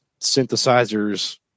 synthesizers